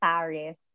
Paris